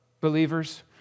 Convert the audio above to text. believers